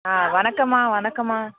ஆ வணக்கம்மா வணக்கம்மா